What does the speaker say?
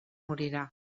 morirà